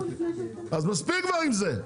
אז מספיק כבר עם זה.